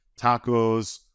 tacos